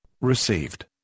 Received